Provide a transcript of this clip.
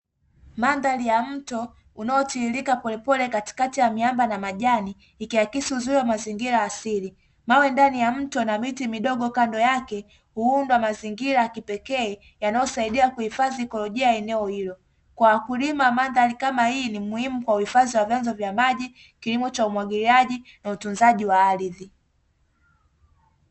Mandhari ya mto unaotiririka polepole katikati miamba na majani, ikiakisi uzuri wa mazingira asili. Mawe ndani ya mto na miti midogo kando yake huunda mazingira ya kipekee, yanayosaidia kuhifadhi ikolojia ya eneo hilo. Kwa wakulima, mandhari kama hii ni muhimu kwa uhifadhi wa vyanzo vya maji, kilimo cha umwagiliaji na utunzaji wa ardhi.